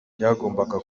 byagombaga